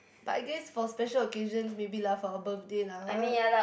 but I guess for special occasions maybe lah for a birthday lah